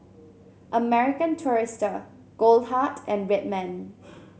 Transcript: American Tourister Goldheart and Red Man